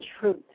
truth